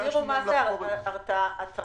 תסבירו מה זו ההתרעה.